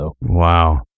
Wow